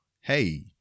hey